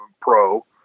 pro